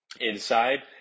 inside